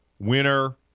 Winner